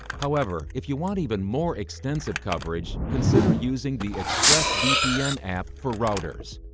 however, if you want even more extensive coverage, consider using the expressvpn app for routers.